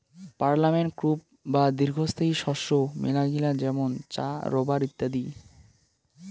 permanent crop বা দীর্ঘস্থায়ী শস্য মেলাগিলা যেমন চা, রাবার ইত্যাদি